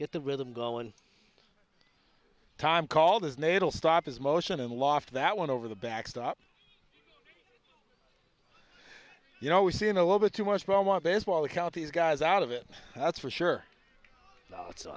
get the rhythm go in time called his natal stop his motion and loft that went over the backstop you know we've seen a little bit too much but i want baseball account these guys out of it that's for sure